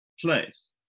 place